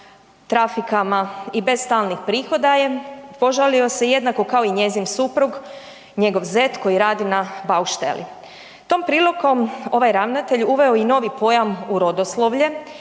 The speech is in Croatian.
trafikama i bez stalnih prihoda je, požalio se jednako kao i njezin suprug, njegov zet koji radi na baušteli. Tom prilikom ovaj ravnatelj uveo je i novi pojam urodoslovlje